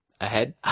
ahead